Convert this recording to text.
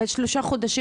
הרי שלושה חודשים,